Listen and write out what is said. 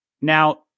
Now